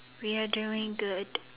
we are doing good